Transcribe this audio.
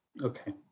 Okay